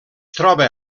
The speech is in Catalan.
troba